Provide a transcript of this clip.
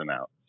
out